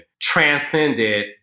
transcended